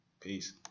Peace